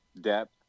depth